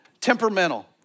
temperamental